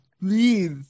please